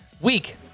week